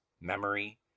memory